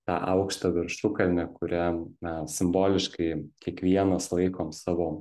tą aukštą viršukalnę kurią na simboliškai kiekvienas laikom savo